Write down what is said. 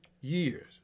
years